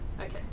Okay